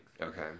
Okay